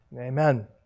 Amen